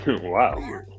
wow